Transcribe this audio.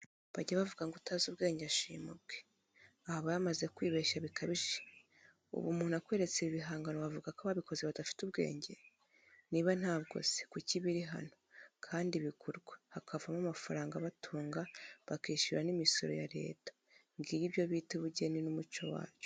Bajya bavuga ngo utazi ubwenge ashima ubwe aho aba yamaze kwibeshya bikabije ubu umuntu akweretse ibi bihangano wavuga ko ababikoze badafite ubwenge? niba ntabwo se kuki birihano kandi bigurwa hakavamo amafaranga abatunga bakishyura nimisoro yareta ngibyo ibyo bita ubugeni n,umuco wacu.